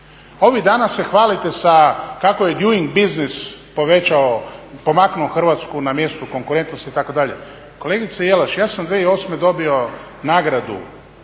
Ovih dana se hvalite kako je Doing buisness pomaknuo Hrvatsku na mjestu konkurentnosti itd. Kolegice Jelaš ja sam 2008.dobio nagradu